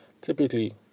typically